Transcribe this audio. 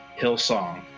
Hillsong